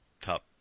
top